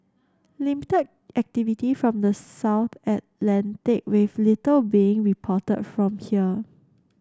limited activity from the South Atlantic with little being reported from here